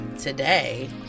today